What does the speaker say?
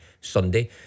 Sunday